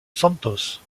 santos